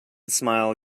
smile